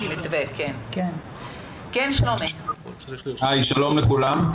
שלום לכולם.